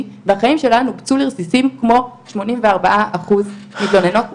והחיים שלה נופצו לרסיסים כמו 84 אחוז מתלוננות אחרות,